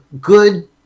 good